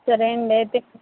సరే అండి అయితే